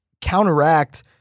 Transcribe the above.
counteract